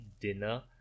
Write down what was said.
dinner